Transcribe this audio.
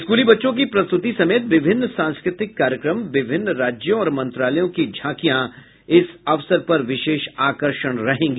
स्कूली बच्चों की प्रस्तुति समेत विभिन्न सांस्कृतिक कार्यक्रम विभिन्न राज्यों और मंत्रालयों की झांकियां विशेष आकर्षण रहेंगी